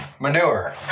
manure